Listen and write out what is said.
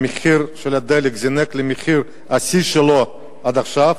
מחיר הדלק זינק למחיר השיא שלו עד עכשיו.